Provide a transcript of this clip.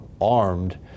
armed